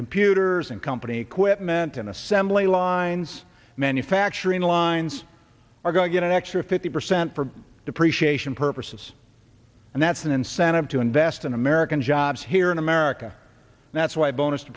computers and company equipment and assembly lines manufacturing lines are going to get an extra fifty percent for depreciation purposes and that's an incentive to invest in american jobs here in america and that's why bonus